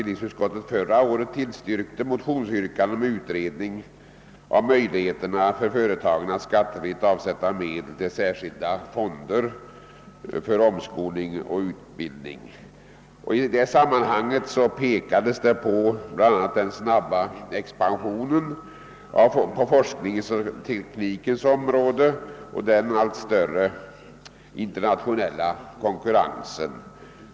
ningsutskottet förra året tillstyrkte motionsyrkanden om utredning av möjligheterna för företagen att skattefritt avsätta medel till särskilda fonder för omskolning och utbildning. I det sammanhanget pekades det på bland annat den snabba expansionen på forskningens och teknikens områden och den allt större: internationella ' konkurrensen.